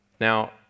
Now